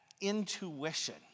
intuition